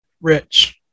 rich